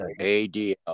ADL